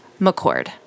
McCord